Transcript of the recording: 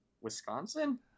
wisconsin